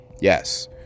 Yes